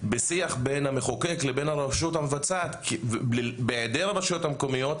בשיח בין המחוקק לבין הרשות המבצעת ובהיעדר הרשויות המקומיות,